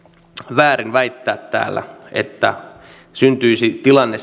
väärin väittää täällä että syntyisi tilanne